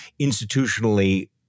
institutionally